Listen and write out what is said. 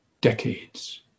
decades